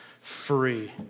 free